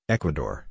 Ecuador